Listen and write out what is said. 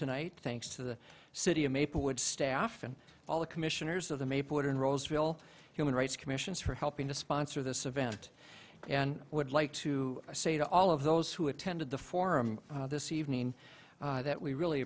tonight thanks to the city of maplewood staff and all the commissioners of the may put in roseville human rights commissions for helping to sponsor this event and i would like to say to all of those who attended the forum this evening that we really